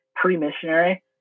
pre-missionary